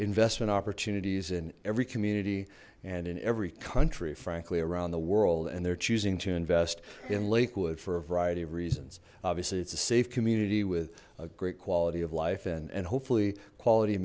investment opportunities in every community and in every country frankly around the world and they're choosing to invest in lakewood for a variety of reasons obviously it's a safe community with a great quality of life and and hopefully quality